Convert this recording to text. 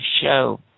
show